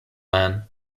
man